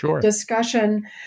discussion